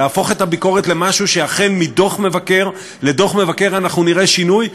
להפוך את הביקורת למשהו שמדוח מבקר לדוח מבקר אכן נראה שינוי,